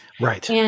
Right